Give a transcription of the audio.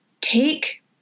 take